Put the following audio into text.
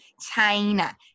China